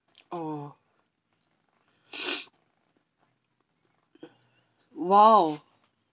oh !wow!